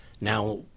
now